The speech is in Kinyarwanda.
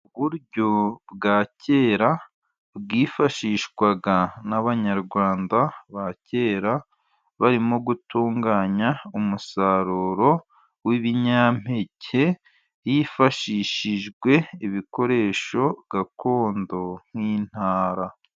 Uburyo bwa kera bwifashishwaga n'abanyarwanda ba kera, barimo gutunganya umusaruro w'ibinyampeke, hifashishijwe ibikoresho gakondo nk'intara.